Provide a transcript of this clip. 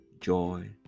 joy